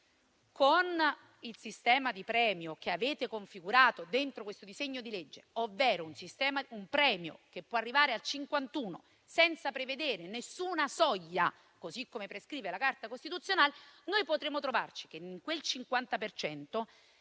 Con il sistema di premio che avete configurato all'interno del disegno di legge in esame, ovvero un premio che può arrivare al 51 per cento senza prevedere nessuna soglia, così come prescrive la Carta costituzionale, noi potremmo trovarci che quella